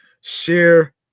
share